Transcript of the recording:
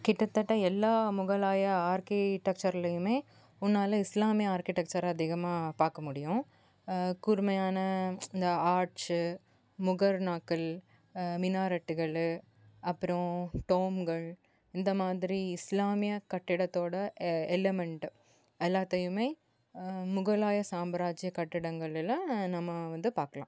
கிட்டதட்ட எல்லா முகலாய ஆர்க்கி டக்ச்சர்லையுமே முன்னால் இஸ்லாமிய ஆர்க்கி டக்ச்சரை அதிகமாக பார்க்க முடியும் கூர்மையான இந்த ஆர்ச்சி முகர்ணாக்கள் மினாரட்டுகள் அப்புறம் டோம்ங்கள் இந்தமாதிரி இஸ்லாமிய கட்டிடத்தோட எ எலமென்ட் எல்லாத்தையுமே முகலாய சாம்ராஜ்ய கட்டிடங்களில் நம்ம வந்து பார்க்கலாம்